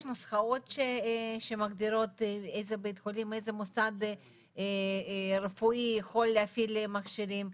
יש נוסחאות שמגדירות איזה מוסד רפואי יכול להפעיל מכשירים,